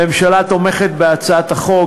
הממשלה תומכת בהצעת החוק.